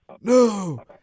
no